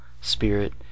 spirit